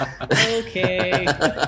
Okay